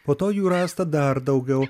po to jų rasta dar daugiau